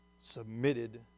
submitted